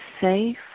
safe